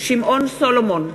שמעון סולומון,